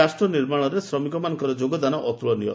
ରାଷ୍ଟ୍ରନିର୍ମାଣରେ ଶ୍ରମିକଙ୍କର ଯୋଗଦାନ ଅତୁଳନୀୟ